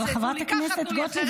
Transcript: אבל חברת הכנסת גוטליב,